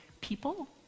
people